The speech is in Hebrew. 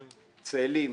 צאלים,